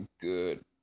good